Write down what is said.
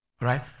right